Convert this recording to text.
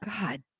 God